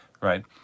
right